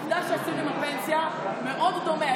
עובדה שעשו עם הפנסיה משהו מאוד דומה.